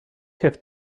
have